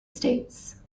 states